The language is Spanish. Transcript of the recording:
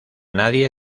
nadie